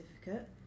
certificate